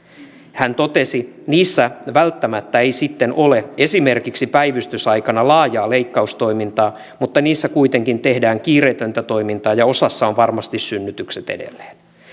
hän totesi niissä välttämättä ei sitten ole esimerkiksi päivystysaikana laajaa leikkaustoimintaa mutta niissä kuitenkin tehdään kiireetöntä toimintaa ja osassa on varmasti synnytykset edelleen